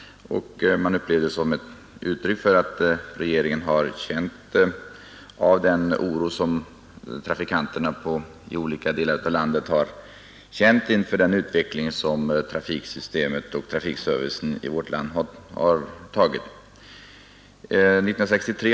Man upplever det som ett uttryck för att regeringen känt av den oro som trafikanterna i olika delar delar av landet hyser inför den utveckling som trafiksystemet och trafikservicen i vårt land har tagit.